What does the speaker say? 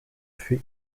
für